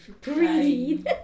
breathe